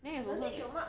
then it's also like